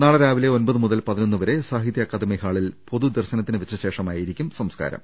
നാളെ രാവിലെ ഒൻപത് മുതൽ പതിനൊന്നുവരെ സാഹിത്യ അക്കാദമി ഹാളിൽ പൊതുദർശനത്തിന് വെച്ച ശേഷമായിരിക്കും സംസ്കാരം